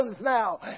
now